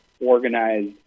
organized